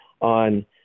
on